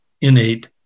innate